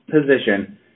position